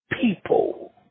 people